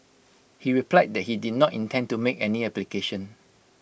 he replied that he did not intend to make any application